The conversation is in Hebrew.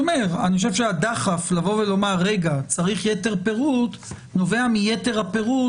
הדחף לומר שצריך יתר פירוט נובע מיתר הפירוט